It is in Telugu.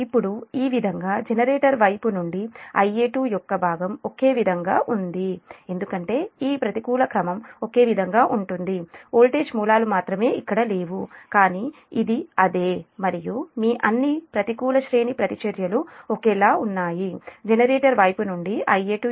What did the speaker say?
ఇప్పుడు ఈ విధంగా జెనరేటర్ వైపు నుండి Ia2 యొక్క భాగం ఒకే విధంగా ఉంది ఎందుకంటే ఈ ప్రతికూల క్రమం ఒకే విధంగా ఉంటుంది వోల్టేజ్ మూలాలు మాత్రమే ఇక్కడ లేవు కానీ ఇది అదే మరియు మీ అన్ని ప్రతికూల శ్రేణి ప్రతిచర్యలు ఒకేలా ఉన్నాయి జనరేటర్ వైపు నుండి Ia2 యొక్క భాగం j0